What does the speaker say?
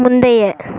முந்தைய